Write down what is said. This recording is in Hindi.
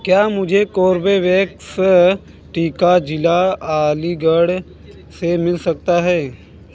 क्या मुझे कोर्बेवैक्स टीका ज़िला अलीगढ़ से मिल सकता है